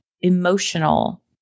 emotional